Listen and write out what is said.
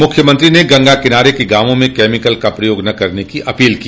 मुख्यमंत्री ने गंगा किनारे के गांव में कैमिकल का प्रयोग न करने की अपील की